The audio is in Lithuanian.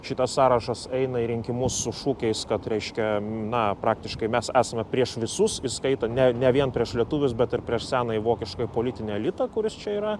šitas sąrašas eina į rinkimus su šūkiais kad reiškia na praktiškai mes esame prieš visus įskaitant ne ne vien prieš lietuvius bet ir prieš senąjį vokišką politinį elitą kuris čia yra